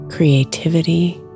Creativity